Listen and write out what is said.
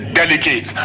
delicate